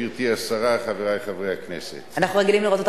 גברתי השרה אנחנו רגילים לראות אותך